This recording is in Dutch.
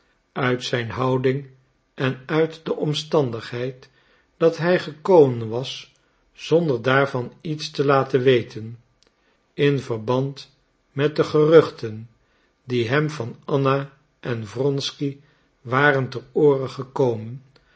uit zijn houding en uit de omstandigheid dat hij gekomen was zonder daarvan iets te laten weten in verband met de geruchten die hem van anna en wronsky waren ter ooren gekomen